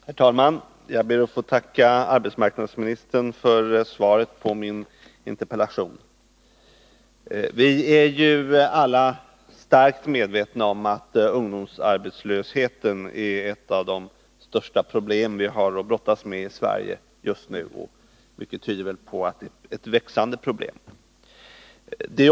Herr talman! Jag ber att få tacka arbetsmarknadsministern för svaret på min interpellation. Vi är alla starkt medvetna om att ungdomsarbetslösheten är ett av de största problem som vi har att brottas med i Sverige just nu, och mycket tyder väl på att det är ett växande problem.